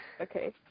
Okay